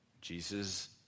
Jesus